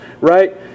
right